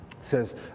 says